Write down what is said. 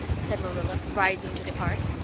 said marilla, rising to depart.